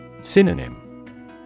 Synonym